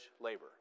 labor